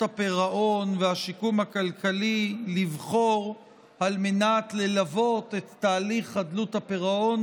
הפירעון והשיקום הכלכלי לבחור על מנת ללוות את תהליך חדלות הפירעון,